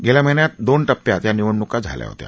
गेल्या महिन्यात दोन टप्प्यात या निवडणुका झाल्या होत्या